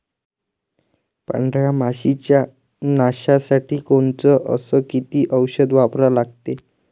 पांढऱ्या माशी च्या नाशा साठी कोनचं अस किती औषध वापरा लागते?